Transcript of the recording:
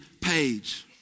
page